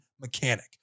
mechanic